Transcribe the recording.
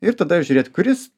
ir tada žiūrėt kuris